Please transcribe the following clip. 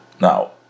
Now